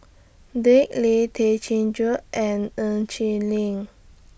Dick Lee Tay Chin Joo and Ng Chin Li